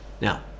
Now